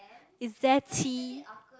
is there tea